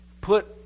put